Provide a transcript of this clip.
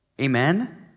Amen